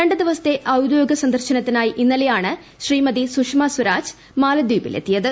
രണ്ട് ദിവസത്തെ ഔദ്യോഗിക സന്ദർശനത്തിനായി ഇന്നലെയാണ് ശ്രീമതി സുഷമ സ്വരാജ് മാലദ്വീപിലെത്തിയത്